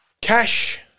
Cash